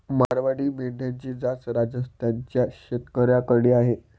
मारवाडी मेंढ्यांची जात राजस्थान च्या शेतकऱ्याकडे आहे